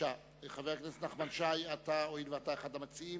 חבר הכנסת נחמן שי, הואיל ואתה אחד המציעים,